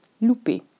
Louper